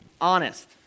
honest